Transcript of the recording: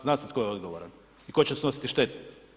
Zna se tko je odgovoran i tko će snositi štetu.